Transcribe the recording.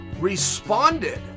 responded